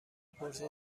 پرسید